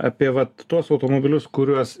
apie vat tuos automobilius kuriuos